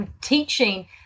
teaching